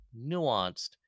nuanced